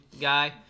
guy